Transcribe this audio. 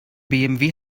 bmw